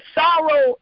sorrow